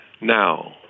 now